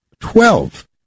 Twelve